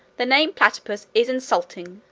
the name platypus is insulting,